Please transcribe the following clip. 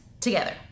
together